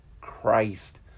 Christ